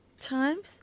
times